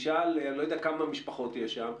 אני לא יודע כמה משפחות יש שם,